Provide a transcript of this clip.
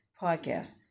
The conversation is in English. podcast